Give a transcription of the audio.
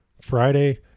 Friday